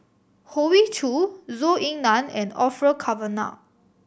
Hoey Choo Zhou Ying Nan and Orfeur Cavenagh